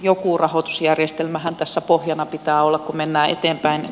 joku rahoitusjärjestelmähän tässä pohjana pitää olla kun mennään eteenpäin